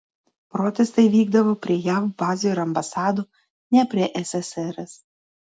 protestai vykdavo prie jav bazių ir ambasadų ne prie ssrs